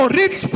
rich